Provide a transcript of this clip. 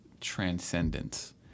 transcendence